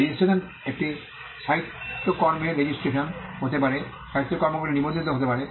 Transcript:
registration একটি সাহিত্যকর্মের registration হতে পারে সাহিত্যকর্মগুলি নিবন্ধিত হতে পারে